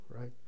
right